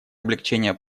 облегчения